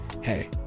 hey